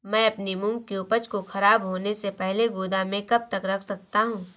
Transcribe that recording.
मैं अपनी मूंग की उपज को ख़राब होने से पहले गोदाम में कब तक रख सकता हूँ?